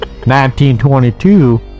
1922